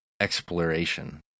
exploration